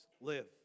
live